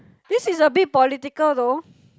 this is a bit political though